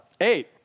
Eight